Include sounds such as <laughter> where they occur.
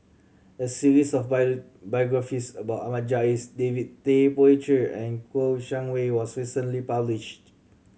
a series of <unintelligible> biographies about Ahmad Jais David Tay Poey Cher and Kouo Shang Wei was recently published